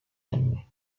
anni